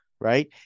right